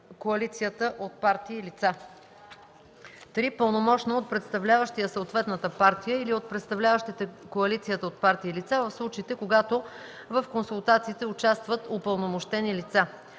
коалицията от партии лица; 3. пълномощно от представляващия съответната партия или от представляващите коалицията от партии лица, в случаите когато в консултациите участват упълномощени лица.